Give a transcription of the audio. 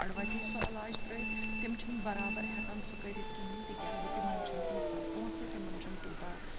اَڑوَتی سُہ علاج ترٛٲیِتھ تِم چھِنہٕ برابر ہٮ۪کان سُہ کٔرِتھ کِہیٖنۍ تِکیٛازِ تِمن چھِنہٕ تیٖژاہ پونٛسہٕ تِمَن چھُنہٕ تیوٗتاہ